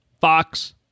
Fox